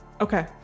Okay